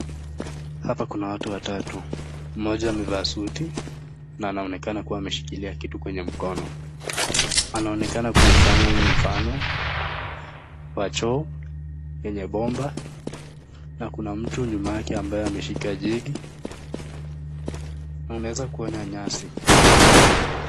Hapa kuna watu watatu, mmoja amevaa suti na anaonekana kuwa ameshikilia kitu kwenye mkono. Anaonekana kumfanya mfano kwa choo yenye bomba, na kuna mtu nyuma yake ambaye ameshika jegi. Na unaweza kuona nyasi.